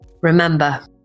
remember